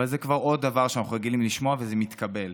אבל זה כבר עוד דבר שאנחנו רגילים לשמוע וזה מתקבל.